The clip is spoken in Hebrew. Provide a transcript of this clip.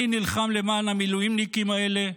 אני נלחם למען המילואימניקים האלה,